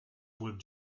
with